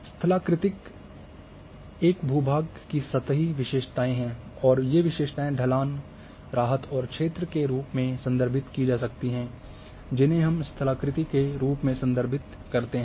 स्थलाकृति एक भू भाग की सतही विशेषताएँ हैं और ये विशेषताएँ ढलान राहत और एक क्षेत्र के रूप में संदर्भित की जा सकती हैं जिन्हें हम स्थलाकृति के रूप में संदर्भित करते हैं